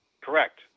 Correct